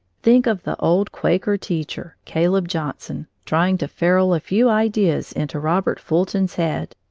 think of the old quaker teacher, caleb johnson, trying to ferule a few ideas into robert fulton's head!